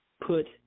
Put